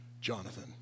Jonathan